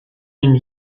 den